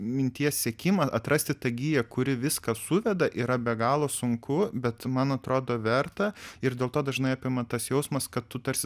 minties siekimą atrasti tą giją kuri viską suveda yra be galo sunku bet man atrodo verta ir dėl to dažnai apima tas jausmas kad tu tarsi